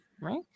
right